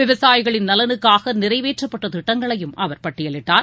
விவசாயிகளின் நலனுக்காகநிறைவேற்றப்பட்டதிட்டங்களையும் அவர் பட்டியலிட்டார்